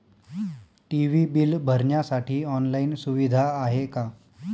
TV bill भरण्यासाठी online सुविधा आहे का?